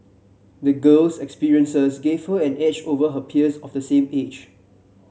the girl's experiences gave her an edge over her peers of the same age